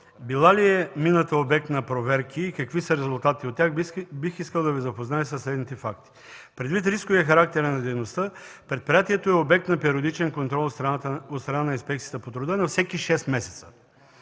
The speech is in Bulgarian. била ли е мината обект на проверки и какви са резултатите от тях, бих искал да Ви запозная със следните факти. Предвид рисковия характер на дейността, предприятието е обект на периодичен контрол от страна на Инспекцията по труда на всеки шест месеца.